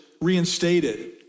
reinstated